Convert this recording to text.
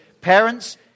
Parents